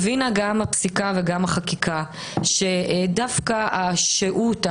הבינה גם הפסיקה וגם החקיקה שדווקא השהות,